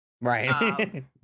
Right